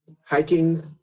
hiking